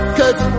cause